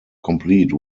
complete